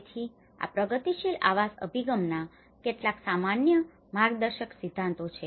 તેથી આ પ્રગતિશીલ આવાસ અભિગમના કેટલાક સામાન્ય માર્ગદર્શક સિદ્ધાંતો છે